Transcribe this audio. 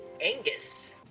Angus